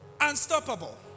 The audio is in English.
unstoppable